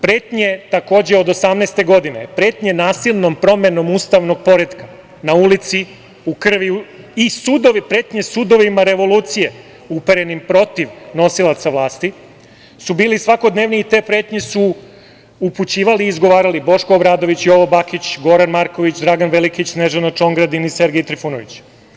Pretnje, takođe, od 2018. godine, nasilnom promenom ustavnog poretka na ulicu, u krvi i sudovima revolucije uperenim protiv nosilaca vlasti su bili svakodnevni i te pretnje su upućivali i zagovarali Boško Obradović, Jovo Bakić, Goran Marković, Dragan Velikić, Snežana Čongradin i Sergej Trifunović.